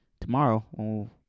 tomorrow